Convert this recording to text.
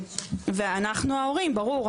ואנחנו ההורים ברור,